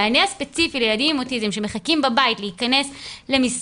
המענה הספציפי שילדים עם אוטיזם שמחכים בבית להיכנס למסגרת,